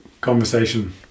conversation